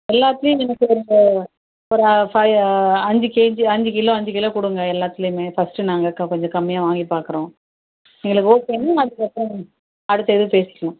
எல்லாத்துலேயும் நீங்கள் போடுங்கள் ஒரு ஃபை அஞ்சு கேஜி அஞ்சு கிலோ அஞ்சு கிலோ கொடுங்க எல்லாத்துலேயுமே ஃபஸ்ட்டு நாங்கள் கொஞ்சம் கம்மியாக வாங்கி பார்க்கறோம் எங்களுக்கு ஓகேன்னால் அதுக்கப்புறம் அடுத்த இது பேசிக்கலாம்